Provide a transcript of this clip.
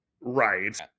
Right